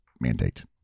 mandate